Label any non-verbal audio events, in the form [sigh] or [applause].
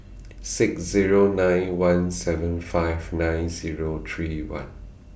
[noise] six Zero nine one seven five nine Zero three one